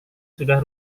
sudah